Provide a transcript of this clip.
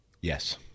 Yes